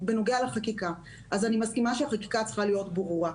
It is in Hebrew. בנוגע לחקיקה, אני מסכימה שהיא צריכה להיות ברורה.